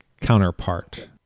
counterpart